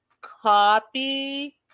copy